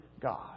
God